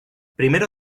primero